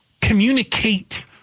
communicate